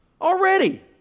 already